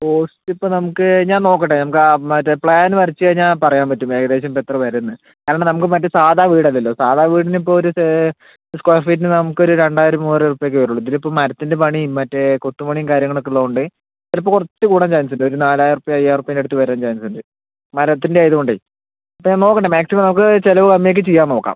cost ഇപ്പോൾ നമുക്ക് ഞാൻ നോക്കട്ടെ നമുക്ക് ആ മറ്റേ പ്ലാൻ വരച്ചു കഴിഞ്ഞാൽ പറയാൻ പറ്റും ഏകദേശം ഇപ്പോൾ എത്ര വരും എന്നു കാരണം നമുക്ക് മറ്റേ സാധാ വീടല്ലല്ലോ സാധാ വീടിന് ഇപ്പോൾ ഒരു സ് സ്ക്വയർ ഫീറ്റിന് നമുക്കൊരു രണ്ടായിരം മൂവായിരം റുപ്യയൊക്കെ വരുള്ളൂ ഇതിലിപ്പം മരത്തിൻ്റെ പണീം മറ്റേ കൊത്തു പണീം കാര്യങ്ങളൊക്കെ ഉള്ളോണ്ട് ചിലപ്പോ കുറച്ച് കൂടാൻ ചാൻസുണ്ട് ഒരു നാലായിരം റുപ്യ അയ്യായിരം റുപ്യേൻ്റെ അടുത്തു വരാൻ ചാൻസുണ്ട് മരത്തിൻ്റെ ആയായതു കൊണ്ടേ അപ്പോൾ നോക്കട്ടെ മാക്സിമം നമുക്ക് ചിലവ് കമ്മിയാക്കി ചെയ്യാൻ നോക്കാം